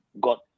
got